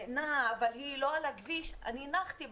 נעה אבל היא לא על הכביש, אני נחתי.